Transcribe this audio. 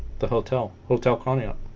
the hotel hotel conneaut